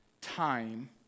time